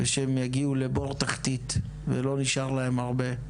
ושהם יגיעו לבור תחתית ולא נשאר להם הרבה.